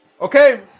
Okay